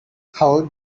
how